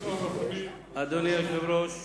אדוני היושב-ראש,